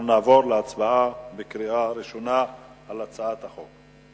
אם כך, נעבור להצבעה בקריאה ראשונה על הצעת החוק.